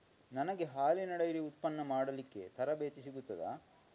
ನನಗೆ ಹಾಲಿನ ಡೈರಿ ಉತ್ಪನ್ನ ಮಾಡಲಿಕ್ಕೆ ತರಬೇತಿ ಸಿಗುತ್ತದಾ?